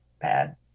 bad